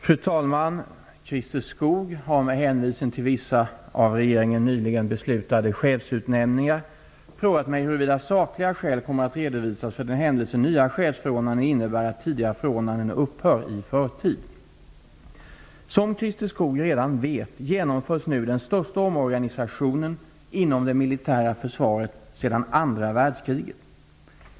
Fru talman! Christer Skoog har, med hänvisning till vissa av regeringen nyligen beslutade chefsutnämningar, frågat mig huruvida sakliga skäl kommer att redovisas för den händelse nya chefsförordnanden innebär att tidigare förordnanden upphör i förtid. Som Christer Skoog redan vet genomförs nu den största omorganisationen inom det militära försvaret sedan andra världskriget.